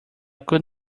could